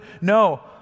No